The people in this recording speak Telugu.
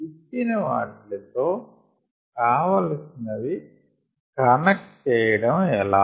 ఇచ్చిన వాటిలితో కావలసినవి కనెక్ట్ చేయడం ఎలా